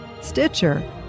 Stitcher